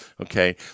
okay